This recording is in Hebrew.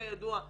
כידוע,